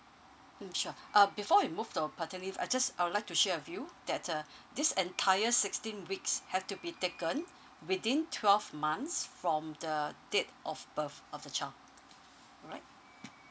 mm sure uh before we move to paternity leave I just I would like to share with you that uh this entire sixteen weeks have to be taken within twelve months from the date of birth of the child alright